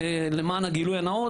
למען הגילוי הנאות,